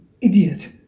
idiot